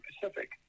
Pacific